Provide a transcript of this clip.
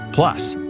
plus,